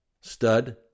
Stud